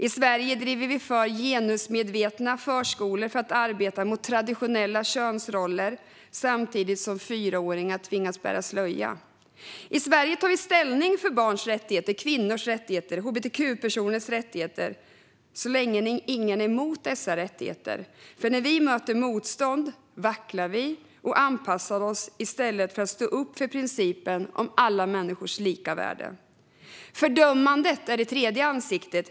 I Sverige driver vi på för genusmedvetna förskolor för att arbeta mot traditionella könsroller, samtidigt som fyraåringar tvingas bära slöja. I Sverige tar vi ställning för barns, kvinnors och hbtq-personers rättigheter så länge ingen är emot dessa rättigheter. Men när vi möter motstånd vacklar vi och anpassar oss i stället för att stå upp för principen om alla människors lika värde. Fördömandet är det tredje ansiktet.